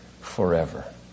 forever